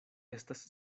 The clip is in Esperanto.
estas